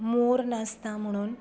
मोर नाचता म्हणून